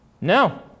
No